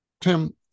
Tim